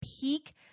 peak